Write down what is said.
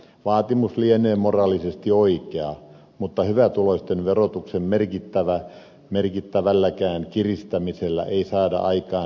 vaatimus lienee moraalisesti oikea mutta hyvätuloisten verotuksen merkittävälläkään kiristämisellä ei saada aikaan riittäviä verotuloja